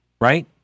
right